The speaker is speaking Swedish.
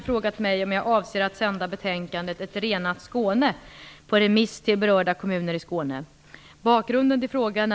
Fru talman!